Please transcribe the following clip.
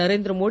Narendra Modi